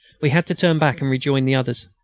we had to turn back and rejoin the others.